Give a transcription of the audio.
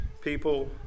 people